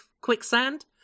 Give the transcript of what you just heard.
quicksand